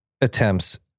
attempts